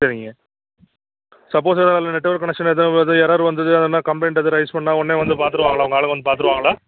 சரிங்க சப்போஸ் அதில் network connection ஏதாவது வருது எரர் வந்தது அது மாதிரி கம்ப்ளைண்ட் எதுவும் ரைஸ் பண்ணிணா உடனே வந்து பார்த்துருவாங்களா உங்கள் ஆளுங்கள் வந்து பார்த்துருவாங்களா